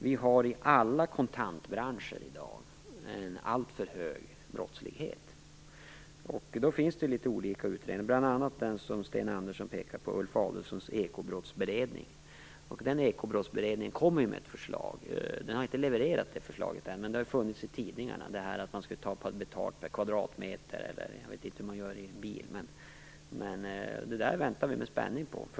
Vi har i alla kontantbranscher i dag en alltför hög brottslighet. Det finns litet olika utredningar, bl.a. den som Sten Andersson pekar på: Ulf Adelsohns ekobrottsberedning. Den ekobrottsberedningen kommer med ett förslag - den har inte levererat det ännu, men det har funnits i tidningarna - som går ut på att man skulle ta betalt per kvadratmeter. Jag vet inte hur man gör när det gäller bilar. Det där väntar vi med spänning på.